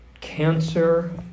Cancer